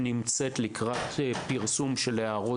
שנמצאת לקראת פרסום של הערות